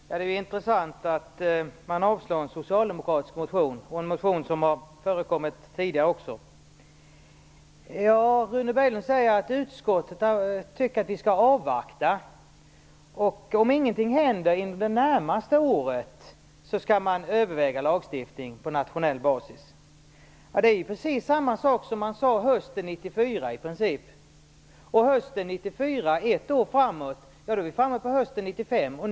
Herr talman! Det är intressant att man avslår en socialdemokratisk motion - en motion som också har förekommit tidigare. Rune Berglund säger att utskottet tycker att vi skall avvakta. Om ingenting händer inom det närmaste året skall man överväga lagstiftning på nationell basis. Det är precis samma sak som man sade hösten 1994. Ett år framåt från hösten 1994 innebär att vi är framme på hösten 1995.